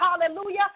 Hallelujah